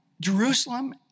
Jerusalem